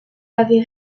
avait